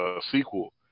sequel